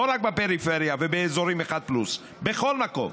לא רק בפריפריה ובאזורי א' פלוס אלא בכל מקום,